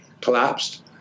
collapsed